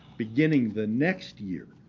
beginning the next year,